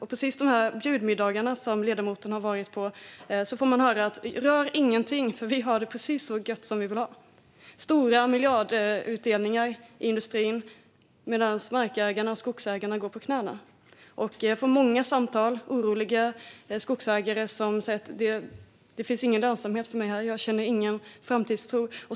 På precis sådana bjudmiddagar som ledamoten har varit på får man höra: Rör ingenting, för vi har det precis så gött som vi vill ha det! Det är stora miljardutdelningar i industrin medan markägarna och skogsägarna går på knäna. Jag får många samtal från oroliga skogsägare som säger att det inte finns någon lönsamhet för dem och att de inte känner någon framtidstro.